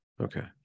Okay